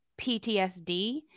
PTSD